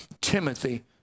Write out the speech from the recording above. Timothy